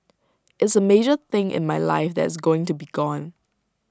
it's A major thing in my life that it's going to be gone